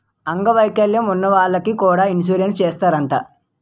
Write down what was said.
అంగ వైకల్యం ఉన్న వాళ్లకి కూడా ఇన్సురెన్సు చేస్తారట